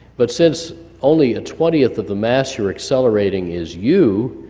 but since only a twentieth of the mass you're accelerating is you,